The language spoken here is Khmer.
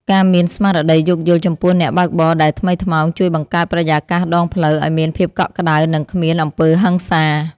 ការមានស្មារតីយោគយល់ចំពោះអ្នកបើកបរដែលថ្មីថ្មោងជួយបង្កើតបរិយាកាសដងផ្លូវឱ្យមានភាពកក់ក្ដៅ និងគ្មានអំពើហិង្សា។